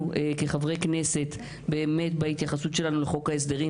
כחברי כנסת בהתייחסות שלנו לחוק ההסדרים,